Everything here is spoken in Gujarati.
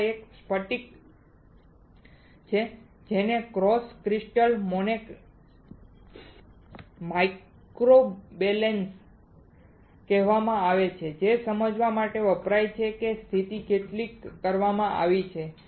અહીં એક સ્ફટિક ક્રિસ્ટલ crystal છે જેને ક્રોસ ક્રિસ્ટલ માઇક્રોબેલેન્સ કહેવામાં આવે છે તે સમજવા માટે વપરાય છે કે સ્થિતિ કેટલી કરવામાં આવી છે